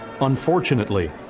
unfortunately